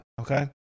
Okay